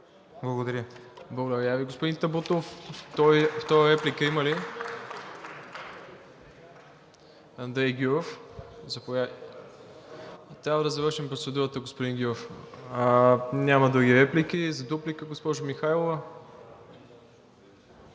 Благодаря Ви, господин Табутов. Втора реплика има ли? Андрей Гюров, заповядайте. Трябва да завършим процедурата, господин Гюров. Няма други реплики. За дуплика, госпожо Михайлова?